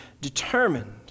determined